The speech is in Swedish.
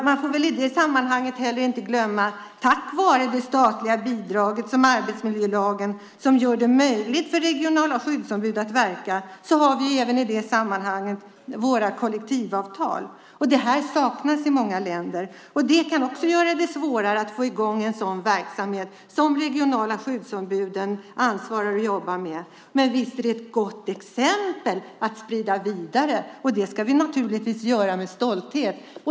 Man får i det sammanhanget inte heller glömma att det är tack vare det statliga bidraget och arbetsmiljölagen, som gör det möjligt för regionala skyddsombud att verka, som vi även i det sammanhanget har våra kollektivavtal. Det här saknas i många länder. Det kan också göra det svårare att få i gång en sådan verksamhet som de regionala skyddsombuden ansvarar för och jobbar med. Men visst är det ett gott exempel att sprida vidare. Det ska vi naturligtvis göra med stolthet.